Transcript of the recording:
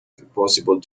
possible